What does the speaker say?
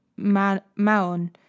Maon